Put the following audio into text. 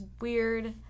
weird